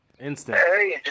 instant